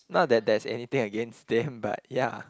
not that there's anything against them but ya